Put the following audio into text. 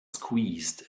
squeezed